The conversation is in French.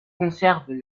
conservent